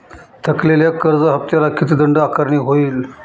थकलेल्या कर्ज हफ्त्याला किती दंड आकारणी होईल?